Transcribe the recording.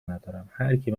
ندارم، هرکی